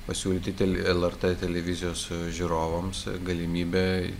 pasiūlyti tel el er tė televizijos žiūrovams galimybę